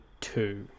two